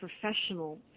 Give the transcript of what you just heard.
professional